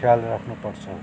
ख्याल राख्नुपर्छ